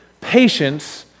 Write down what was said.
patience